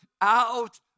out